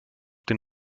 den